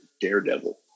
Daredevil